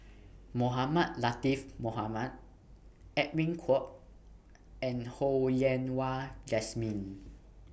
Mohamed Latiff Mohamed Edwin Koek and Ho Yen Wah Jesmine